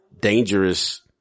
dangerous